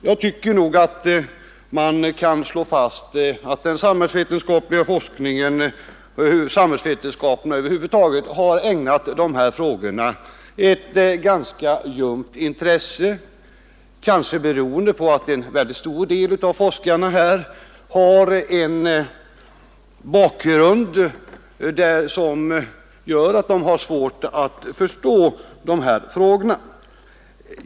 Jag tycker att man kan slå fast att den samhällsvetenskapliga forskningen och samhällsvetenskaperna över huvud taget ägnar dessa frågor ett ganska ljumt intresse, kanske beroende på att en mycket stor del av forskarna har en bakgrund som gör att de har svårt att förstå dessa frågor.